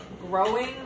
growing